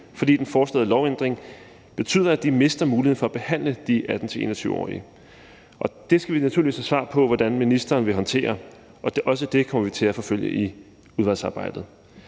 fordi den foreslåede lovændring betyder, at de mister muligheden for at behandle de 18-21-årige. Det skal vi naturligvis have svar på hvordan ministeren vil håndtere. Også det kommer vi til at forfølge i udvalgsarbejdet.